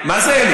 ברור.